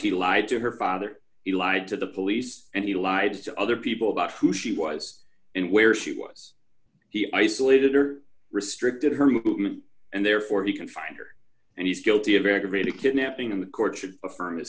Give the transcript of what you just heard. he lied to her father he lied to the police and he lied to other people about who she was and where she was he isolated or restricted her movements and therefore he can find her and he's guilty of aggravated kidnapping in the court